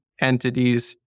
entities